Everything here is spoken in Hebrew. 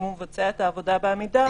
אם הוא מבצע את העבודה בעמידה,